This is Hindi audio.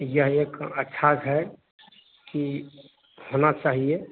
यह एक अच्छा है कि होना चाहिए